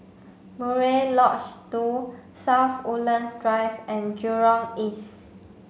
Murai two South Woodlands Drive and Jurong East